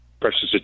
Precious